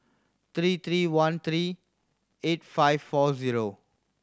three three one three eight five four zero